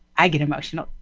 i get emotional.